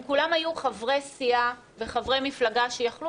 הם כולם היו חברי סיעה וחברי מפלגה שיכלו